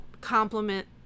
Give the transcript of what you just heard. complement